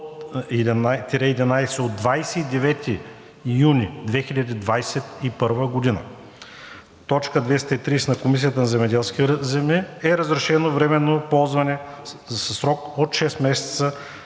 от 29 юни 2021 г., т. 230 на Комисията за земеделските земи, е разрешено временно ползване със срок до 6 месеца